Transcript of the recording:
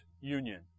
union